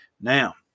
Now